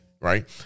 right